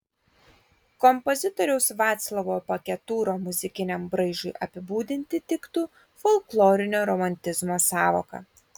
kompozitoriaus vaclovo paketūro muzikiniam braižui apibūdinti tiktų folklorinio romantizmo sąvoka